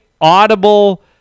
audible